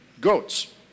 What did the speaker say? goats